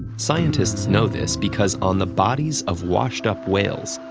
scientists know this because on the bodies of washed-up whales,